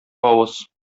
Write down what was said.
авыз